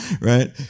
right